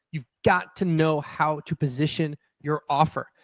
you've got to know how to position your offer.